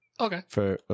Okay